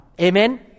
Amen